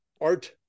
art